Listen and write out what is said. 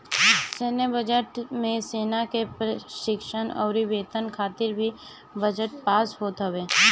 सैन्य बजट मे सेना के प्रशिक्षण अउरी वेतन खातिर भी बजट पास होत हवे